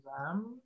exam